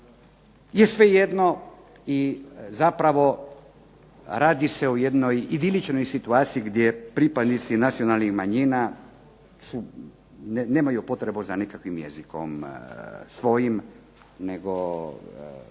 je svejedno i zapravo radi se o jednoj idiličnoj situaciji gdje pripadnici nacionalnih manjina nemaju potrebu za nikakvim jezikom svojim nego